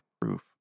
proof